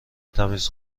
تمیز